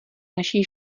naší